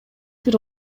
бир